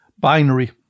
binary